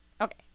Okay